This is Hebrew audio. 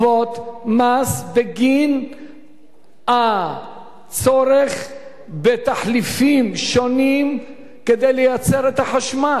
לגבות מס בגין הצורך בתחליפים שונים כדי לייצר את החשמל?